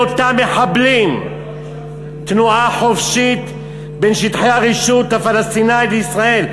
לאפשר לאותם מחבלים תנועה חופשית בין שטחי הרשות הפלסטינית לישראל.